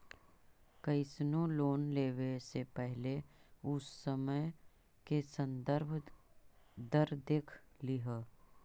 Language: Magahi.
कइसनो लोन लेवे से पहिले उ समय के संदर्भ दर देख लिहऽ